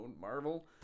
Marvel